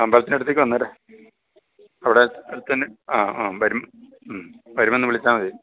ആ അമ്പലത്തിനടുത്തേക്ക് വന്നേരെ അവിടെ അടുത്ത് തന്നെ അ അ ആ വരും മ് വരുമ്പോൾ ഒന്ന് വിളിച്ചാൽ മതി ഉം